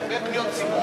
הרבה פניות ציבור,